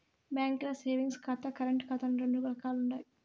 బాంకీల్ల సేవింగ్స్ ఖాతా, కరెంటు ఖాతా అని రెండు రకాలుండాయి